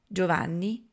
Giovanni